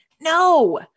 no